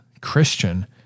Christian